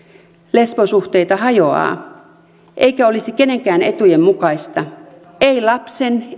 lesbosuhteita hajoaa ei olisi kenenkään etujen mukaista ei lapsen